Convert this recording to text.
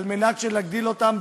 על מנת להגדיל אותם,